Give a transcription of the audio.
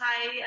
Hi